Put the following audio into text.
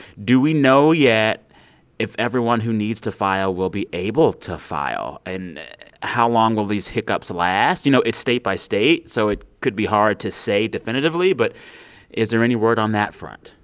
do we know yet if everyone who needs to file will be able to file? and how long will these hiccups last? you know, it's state by state, so it could be hard to say definitively. but is there any word on that front?